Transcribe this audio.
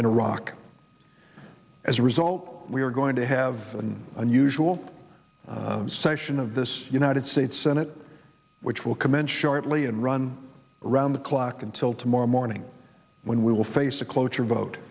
in iraq as a result we are going to have an unusual session of this united states senate which will commence shortly and run around the clock until tomorrow morning when we will face a cloture vote